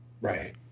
Right